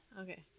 okay